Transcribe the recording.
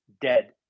dead